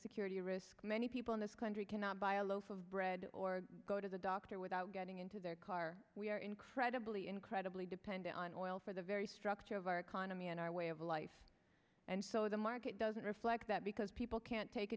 security risk many people in this country cannot buy a loaf of bread or go to the doctor without getting into their car we are incredibly incredibly dependent on oil for the very structure of our economy and our way of life and so the market doesn't reflect that because people can't take